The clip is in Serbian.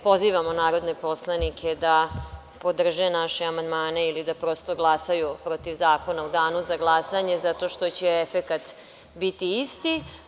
Pozivamo narodne poslanike da podrže naše amandmane ili da prosto glasaju protiv zakona u danu za glasanje, zato što će efekat biti isti.